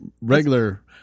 regular